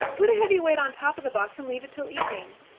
put a heavy weight on top of the box and leave it till evening.